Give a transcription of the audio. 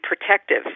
protective